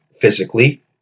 physically